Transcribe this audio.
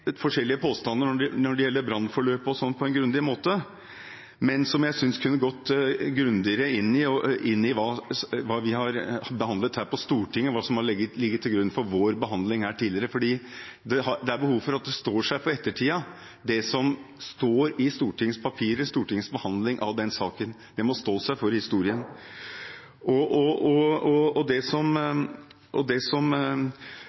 forskjellige påstander når det gjelder brannforløpet, på en grundig måte, men jeg synes den kunne gått grundigere inn i hva vi har behandlet her på Stortinget, og hva som har ligget til grunn for vår behandling tidligere. Det er behov for at det står seg for ettertiden. Det som står i stortingspapirer og om Stortingets behandling av denne saken, må stå seg historisk. Støttegruppen for de etterlatte og pårørende leverte innspill til kommisjonen. Jeg kan ikke huske at jeg har sett støttegruppens innspill, som